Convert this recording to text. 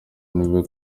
niwe